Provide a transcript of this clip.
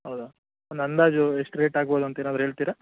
ಹೌದಾ ಒಂದು ಅಂದಾಜು ಎಷ್ಟು ರೇಟ್ ಆಗ್ಬೋದು ಅಂತ ಏನಾದರೂ ಹೇಳ್ತೀರಾ